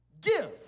Give